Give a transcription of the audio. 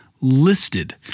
listed